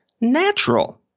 natural